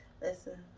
Listen